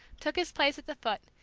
took his place at the foot,